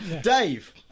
Dave